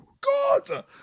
god